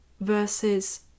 Versus